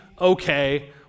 Okay